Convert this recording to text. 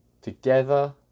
together